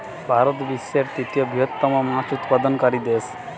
ভারত বিশ্বের তৃতীয় বৃহত্তম মাছ উৎপাদনকারী দেশ